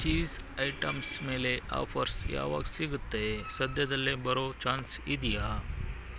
cheese items ಮೇಲೆ offers ಯಾವಾಗ ಸಿಗುತ್ತೆ ಸದ್ಯದಲ್ಲೇ ಬರೋ ಚಾನ್ಸ್ ಇದೆಯಾ